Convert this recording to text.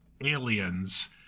aliens